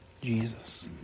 Jesus